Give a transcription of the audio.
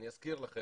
אני אזכיר לכם,